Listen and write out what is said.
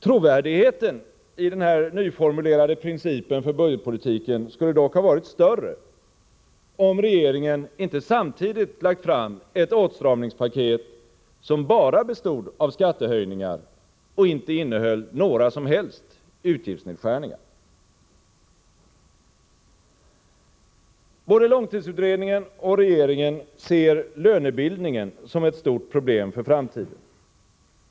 Trovärdigheten i den nyformulerade principen för budgetpolitiken skulle dock ha varit större om regeringen inte samtidigt lagt fram ett åtstramningspaket, som bara bestod av skattehöjningar och inte innehöll några som helst utgiftsnedskärningar. Både långtidsutredningen och regeringen ser lönebildningen som ett stort problem för framtiden.